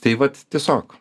tai vat tiesiog